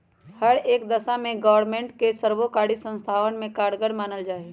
हर एक दशा में ग्रास्मेंट के सर्वकारी संस्थावन में कारगर मानल जाहई